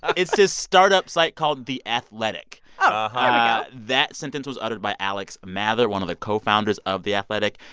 it's this startup site called the athletic but that sentence was uttered by alex mather, one of the co-founders of the athletic.